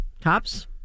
cops